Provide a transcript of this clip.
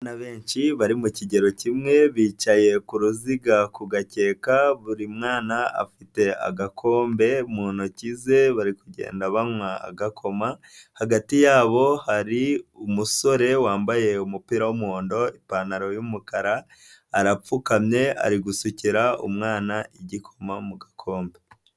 Abana benshi bari mu kigero kimwe, bicaye ku ruziga ku gakeka, buri mwana afite agakombe mu ntoki ze, bari kugenda banywa agakoma, hagati yabo hari umusore wambaye umupira w'umuhondo, ipantaro y'umukara, arapfukamye, ari gusukira umwana igikoma mu gakombe.